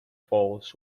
falls